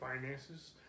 finances